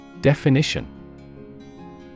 Definition